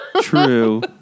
True